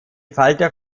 falter